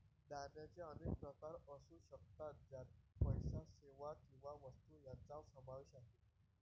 दानाचे अनेक प्रकार असू शकतात, ज्यात पैसा, सेवा किंवा वस्तू यांचा समावेश आहे